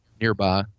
nearby